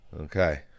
okay